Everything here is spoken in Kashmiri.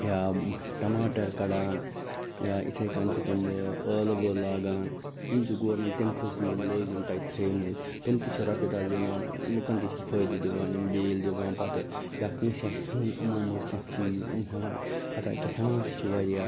یا ٹماٹر کَڑان یا یِتھے کٔنۍ چھِ تِم ٲلوٕ لاگان یم چھِ گورمیٚنٛٹ تَمہِ خٲطرٕ چھِ تِمو مُلٲزِم تتہِ تھٲیمٕتۍ تِم تہِ چھِ رۄپیہ دَہ زینان لوٗکَن تہِ چھِ فٲیدٕ دِوان یم بیٛٲلۍ دوان پتہٕ یا کٲنٛسہِ آسہِ ہیٛون یِمو مَنٛز کانٛہہ چیٖز یِم ہیٚوان حتی کہِ ہیٚوان تہِ چھِ واریاہ